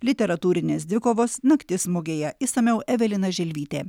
literatūrinės dvikovos naktis mugėje išsamiau evelina želvytė